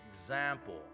example